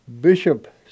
Bishop